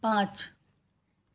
पाँच